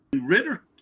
Ritter